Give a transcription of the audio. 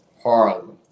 Harlem